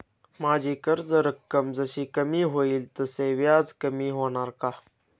माझी कर्ज रक्कम जशी कमी होईल तसे व्याज कमी होणार का?